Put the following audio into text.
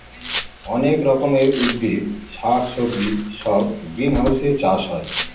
অনেক রকমের উদ্ভিদ শাক সবজি সব গ্রিনহাউসে চাষ হয়